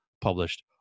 published